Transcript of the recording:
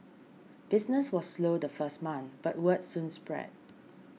business was slow the first month but word soon spread